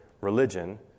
Religion